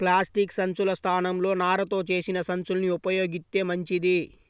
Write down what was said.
plastic సంచుల స్థానంలో నారతో చేసిన సంచుల్ని ఉపయోగిత్తే మంచిది